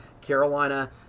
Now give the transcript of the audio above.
Carolina